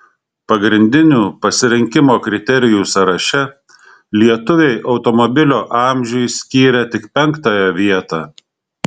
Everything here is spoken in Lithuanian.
pagrindinių pasirinkimo kriterijų sąraše lietuviai automobilio amžiui skyrė tik penktąją vietą